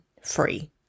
free